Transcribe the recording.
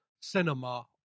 cinema